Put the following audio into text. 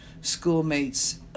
schoolmates